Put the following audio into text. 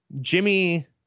Jimmy